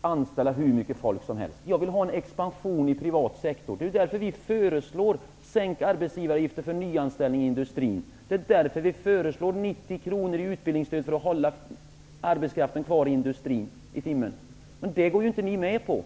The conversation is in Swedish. anställa hur mycket folk som helst. Jag vill ha en expansion i privat sektor. Det är därför vi i Vänsterpartiet föreslår sänkta arbetsgivaravgifter för nyanställning i industrin. Det är därför vi föreslår 90 kr per timme i utbildningsstöd för att hålla arbetskraften kvar i industrin. Men det går ni ju inte med på.